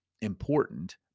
important